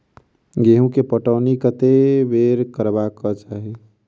गेंहूँ केँ पटौनी कत्ते बेर करबाक चाहि?